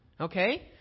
Okay